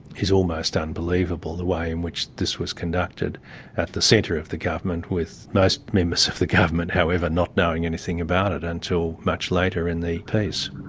is almost unbelievable, the way in which this was conducted at the centre of the government with most members of the government, however, not knowing anything about it until much later in the piece.